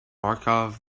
markov